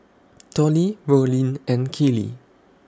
Tollie Rollin and Keely